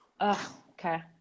Okay